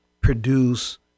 produce